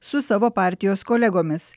su savo partijos kolegomis